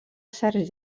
certs